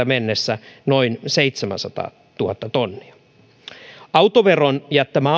mennessä noin seitsemänsataatuhatta tonnia autoveron jättämä